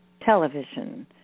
television